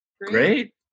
Great